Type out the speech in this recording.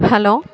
hello